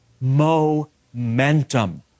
momentum